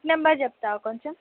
number చెప్తావా కొంచెం